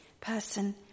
person